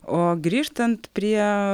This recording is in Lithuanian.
o grįžtant prie